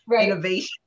Innovation